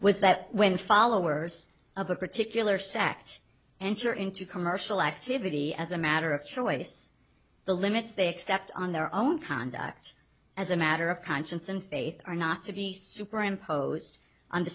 with that when followers of a particular sect enter into commercial activity as a matter of choice the limits they accept on their own conduct as a matter of conscience and faith are not to be superimpose